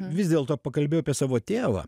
vis dėlto pakalbėjau apie savo tėvą